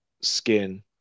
skin